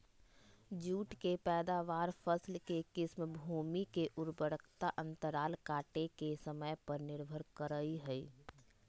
जुट के पैदावार, फसल के किस्म, भूमि के उर्वरता अंतराल काटे के समय पर निर्भर करई हई